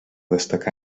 destacar